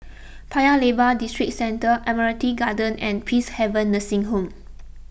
Paya Lebar Districentre Admiralty Garden and Peacehaven Nursing Home